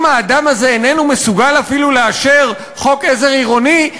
אם האדם הזה איננו מסוגל אפילו לאשר חוק עזר עירוני,